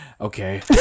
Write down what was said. okay